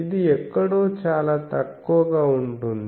ఇది ఎక్కడో చాలా తక్కువగా ఉంటుంది